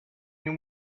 nous